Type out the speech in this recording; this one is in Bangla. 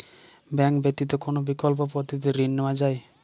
ব্যাঙ্ক ব্যতিত কোন বিকল্প পদ্ধতিতে ঋণ নেওয়া যায়?